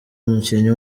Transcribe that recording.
umukinnyi